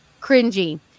cringy